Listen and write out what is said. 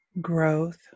growth